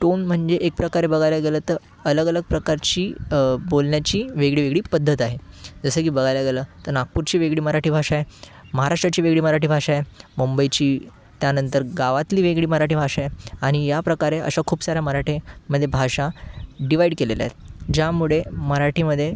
tone म्हणजे एक प्रकारे बघायला गेलं तर अलग अलग प्रकारची बोलण्याची वेगळी वेगळी पद्धत आहे जसं की बघायला गेलं तर नागपूरची वेगळी मराठी भाषा आहे महाराष्ट्राची वेगळी मराठी भाषा आहे मुंबईची त्यानंतर गावातली वेगळी मराठी भाषा आहे आणि या प्रकारे अशा खूप साऱ्या मराठी मध्ये भाषा डिव्हाईड केलेल्या आहेत ज्यामुळे मराठीमध्ये